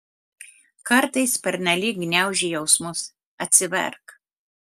kartais pernelyg gniauži jausmus atsiverk